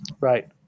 Right